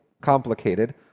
complicated